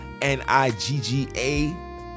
N-I-G-G-A